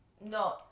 No